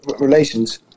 relations